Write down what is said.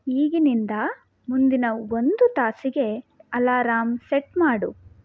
ಈಗಿನಿಂದ ಮುಂದಿನ ಒಂದು ತಾಸಿಗೆ ಅಲಾರಾಮ್ ಸೆಟ್ ಮಾಡು